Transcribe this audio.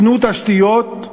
תנו תשתיות,